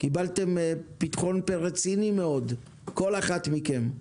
קיבלתם פתחון פה רציני מאוד כל אחת מכם.